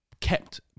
kept